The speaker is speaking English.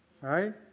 right